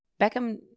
Beckham